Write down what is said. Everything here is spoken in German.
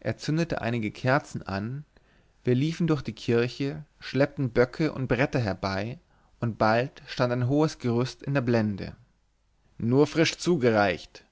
er zündete einige kerzen an wir liefen durch die kirche schleppten böcke und bretter herbei und bald stand ein hohes gerüst in der blende nun frisch zugereicht